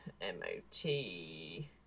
M-O-T